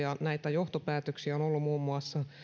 johtopäätöksiä on ollut muun muassa